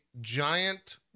giant